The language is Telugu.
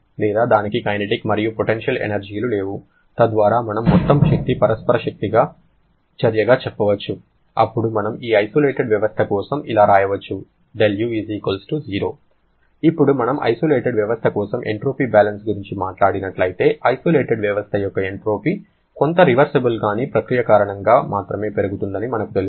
లేదా దానికి కైనెటిక్ మరియు పొటెన్షియల్ ఎనర్జీ లు లేవు తద్వారా మనం మొత్తం శక్తి పరస్పర చర్యగా చెప్పవచ్చు అప్పుడు మనం ఈ ఐసోలేటెడ్ వ్యవస్థ కోసం ఇలా వ్రాయవచ్చు ΔU0 ఇప్పుడు మనం ఐసోలేటెడ్ వ్యవస్థ కోసం ఎంట్రోపీ బ్యాలెన్స్ గురించి మాట్లాడినట్లయితే ఐసోలేటెడ్ వ్యవస్థ యొక్క ఎంట్రోపీ కొంత రివర్సబుల్ కానీ ప్రక్రియ కారణంగా మాత్రమే పెరుగుతుందని మనకు తెలుసు